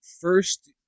first